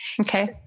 Okay